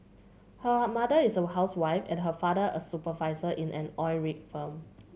her mother is a housewife and her father a supervisor in an oil rig firm